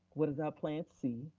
what is our plan c?